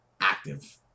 active